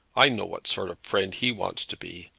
i know what sort of friend he wants to be.